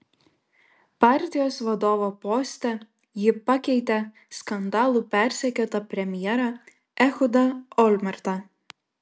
partijos vadovo poste ji pakeitė skandalų persekiotą premjerą ehudą olmertą